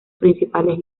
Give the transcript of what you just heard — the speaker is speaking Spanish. principales